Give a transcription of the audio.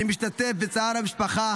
אני משתתף בצער המשפחה